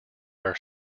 are